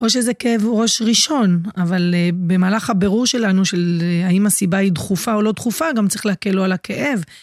או שזה כאב ראש ראשון, אבל במהלך הבירור שלנו, של האם הסיבה היא דחופה או לא דחופה, גם צריך להקל לו על הכאב.